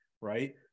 right